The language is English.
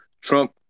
Trump